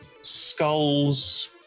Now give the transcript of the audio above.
skulls